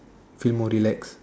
feel more relaxed